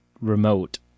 remote